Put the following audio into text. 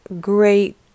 great